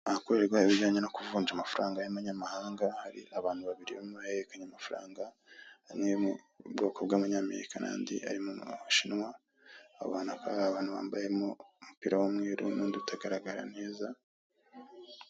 Ahakorerwa ibijyanye no kuvunja amafaranga y'amanyamahanga hari abantu babiri barimo barahererekanya amafaranga, amwe yo mu bwoko bw'amanyamerika n'ayandi ari mu mashinwa. Aho hantu hakaba hari abantu bambayemo umupira w'umweru n'undi utagaragara neza.